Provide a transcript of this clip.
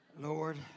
Lord